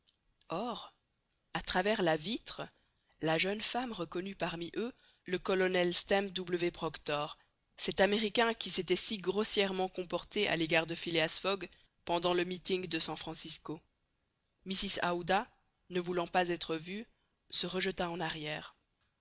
or à travers la vitre la jeune femme reconnut parmi eux le colonel stamp w proctor cet américain qui s'était si grossièrement comporté à l'égard de phileas fogg pendant le meeting de san francisco mrs aouda ne voulant pas être vue se rejeta en arrière